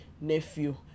nephew